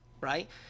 right